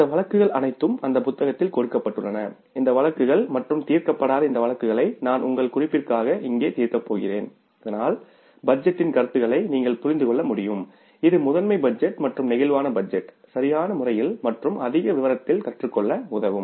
இந்த வழக்குகள் அனைத்தும் அந்த புத்தகத்தில் கொடுக்கப்பட்டுள்ளன இந்த வழக்குகள் மற்றும் தீர்க்கப்படாத இந்த வழக்குகளை நான் உங்கள் குறிப்பிற்காக இங்கே தீர்க்கப் போகிறேன் இதனால் பட்ஜெட்டின் கருத்துக்களை நீங்கள் புரிந்து கொள்ள முடியும் இது மாஸ்டர் பட்ஜெட் மற்றும் பிளேக்சிபிள் பட்ஜெட் சரியான முறையில் மற்றும் அதிக விவரத்தில் கற்றுக்கொள்ள உதவும்